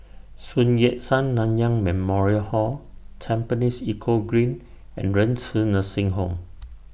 Sun Yat Sen Nanyang Memorial Hall Tampines Eco Green and Renci Nursing Home